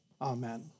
amen